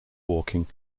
walking